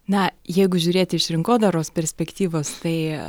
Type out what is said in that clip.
na jeigu žiūrėti iš rinkodaros perspektyvos tai